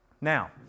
Now